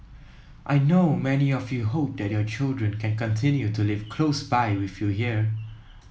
I know many of you hope that your children can continue to live close by with you here